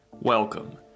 Welcome